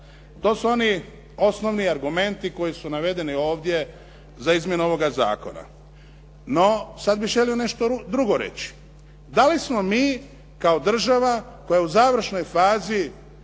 to su oni osnovni argumenti koji su navedeni ovdje za izmjenu ovoga zakona. No, sad bih želio nešto drugo reći. Da li smo mi kao država koja je u završnoj fazi